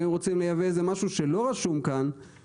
אם הם רוצים לייבא איזה משהו שלא רשום כאן,